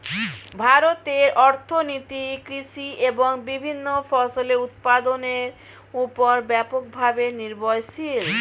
ভারতের অর্থনীতি কৃষি এবং বিভিন্ন ফসলের উৎপাদনের উপর ব্যাপকভাবে নির্ভরশীল